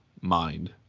mind